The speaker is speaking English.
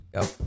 go